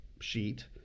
sheet